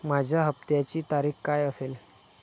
माझ्या हप्त्याची तारीख काय असेल?